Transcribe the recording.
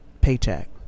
paycheck